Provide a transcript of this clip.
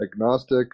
agnostic